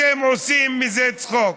אתם עושים מזה צחוק.